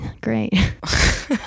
great